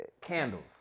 Candles